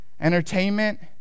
entertainment